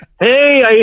hey